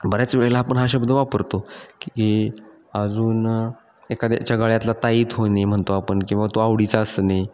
बऱ्याच वेळेला आपण हा शब्द वापरतो की अजून एखाद्याच्या गळ्यातला ताईत होणे म्हणतो आपण किंवा तो आवडीचा असणे